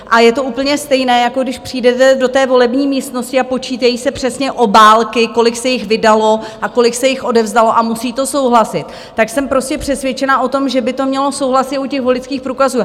A je to úplně stejné, jako když přijdete do volební místnosti a počítají se přesně obálky, kolik se jich vydalo a kolik se jich odevzdalo, a musí to souhlasit, tak jsem prostě přesvědčena o tom, že by to mělo souhlasit i u těch voličských průkazů.